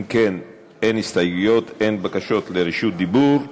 אם כן, אין הסתייגויות, אין בקשות לרשות דיבור.